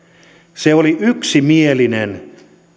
se oli yksimielinen